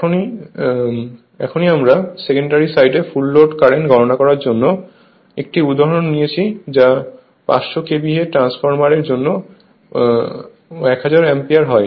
এখনই আমরা সেকেন্ডারি সাইডে ফুল লোড কারেন্ট গণনা করার জন্য 1টি উদাহরণ নিয়েছি যা 500 KVA ট্রান্সফরমার এর জন্য 1000 অ্যাম্পিয়ার হয়